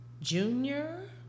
Junior